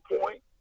point